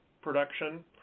production